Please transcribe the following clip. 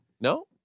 No